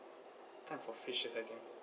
time for fishes I think